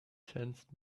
sensed